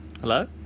Hello